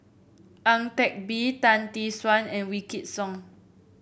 Ang Teck Bee Tan Tee Suan and Wykidd Song